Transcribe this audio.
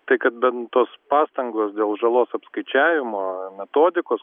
tai kad bent tos pastangos dėl žalos apskaičiavimo metodikos